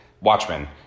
Watchmen